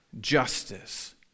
justice